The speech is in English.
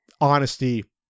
honesty